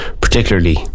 particularly